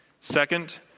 Second